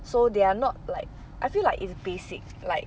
so they are not like I feel like it's basic like